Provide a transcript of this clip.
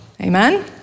amen